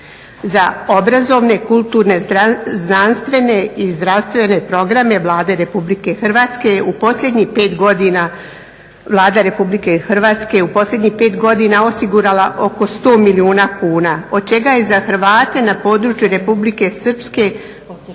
za obrazovne, kulturne, znanstvene i zdravstvene programe Vlada Republike Hrvatske u posljednjih pet godina osigurala oko 100 milijuna kuna, od čega je za Hrvate na području Republike Srpske